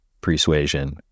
Persuasion